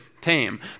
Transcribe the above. tame